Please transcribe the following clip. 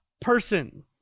person